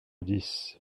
dix